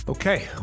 Okay